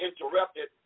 interrupted